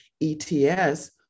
ETS